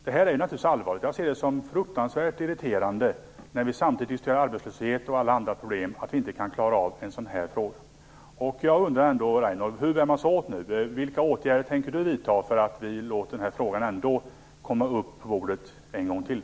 Det är naturligtvis allvarligt. Jag ser det som fruktansvärt irriterande att vi inte kan klara av en sådan här fråga, när vi samtidigt diskuterar arbetslöshet och alla andra problem. Jag undrar ändå, Reynoldh Furustrand, hur bär man sig åt? Vilka åtgärder tänker Reynoldh Furustrand vidta för att låta den här frågan komma upp på bordet en gång till?